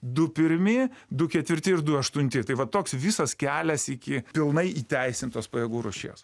du pirmi du ketvirti ir du aštunti tai va toks visas kelias iki pilnai įteisintos pajėgų rūšies